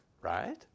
Right